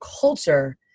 culture